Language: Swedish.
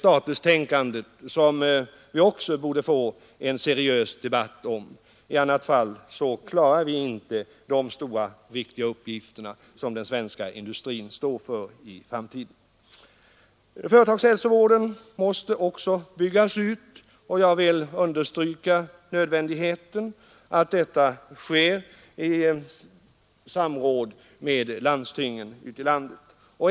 Statustänkandet här borde vi också få en seriös debatt om. I annat fall klarar vi inte de stora och viktiga uppgifter som den svenska industrin står inför i framtiden. Företagshälsovården måste också byggas ut, och jag vill understryka nödvändigheten av att detta sker i samråd med landstingen ute i landet.